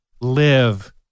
live